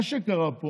מה שקרה פה